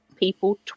People